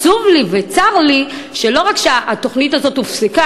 עצוב לי וצר לי שלא רק שהתוכנית הזאת הופסקה,